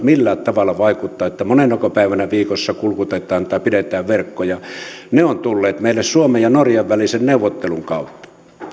millään tavalla vaikuttaa näihin keskeisiin asioihin kuten monenako päivänä viikossa kulkutetaan tai pidetään verkkoja ne ovat tulleet meille suomen ja norjan välisen neuvottelun kautta